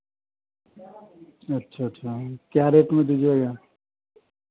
अच्छा अच्छा क्या रेट में दीजिएगा